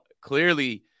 clearly